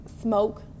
smoke